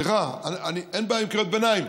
סליחה, אין בעיה עם קריאות ביניים.